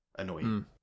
annoying